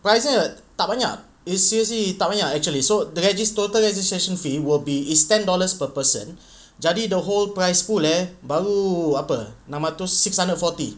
prizenya tak banyak it is seriously tak banyak actually so the regist~ total registration fee will be it's ten dollars per person jadi the whole prize pool eh baru apa enam ratus six hundred and forty